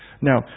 Now